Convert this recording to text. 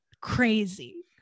crazy